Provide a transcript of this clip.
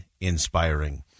inspiring